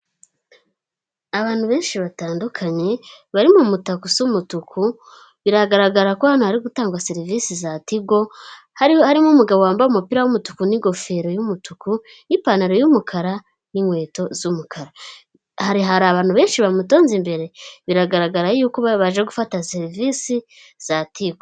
Abantu benshi batandukanye bari mu mutaka usa umutuku, biragaragara ko hano hari gutangwa serivisi za tigo, harimo umugabo wambaye umupira w'umutuku n'ingofero y'umutuku n'ipantaro y'umukara n'inkweto z'umukara, hari abantu benshi bamutonze imbere biragaragara yuko baje gufata serivisi za tigo.